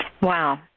wow